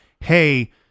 hey